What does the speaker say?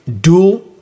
dual